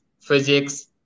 physics